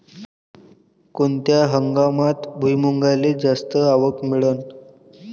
कोनत्या हंगामात भुईमुंगाले जास्त आवक मिळन?